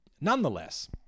Nonetheless